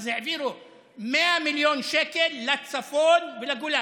אז העבירו 100 מיליון שקל לצפון ולגולן,